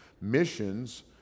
Missions